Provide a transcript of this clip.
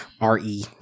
R-E